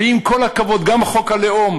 ועם כל הכבוד, גם חוק הלאום